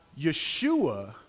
Yeshua